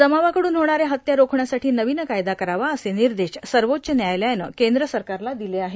जमावा कडून होणाऱ्या हत्या रोखण्यासाठी नवीन कायदा करावा असे निर्देश सर्वोच्च न्यायालयानं केंद्र सरकारला दिले आहे